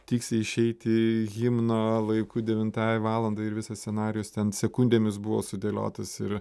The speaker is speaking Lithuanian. tiksliai išeiti himno laiku devintai valandai ir visas scenarijus ten sekundėmis buvo sudėliotas ir